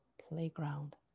playground